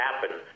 happen